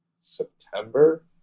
September